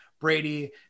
Brady